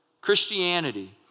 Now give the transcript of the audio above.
Christianity